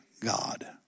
God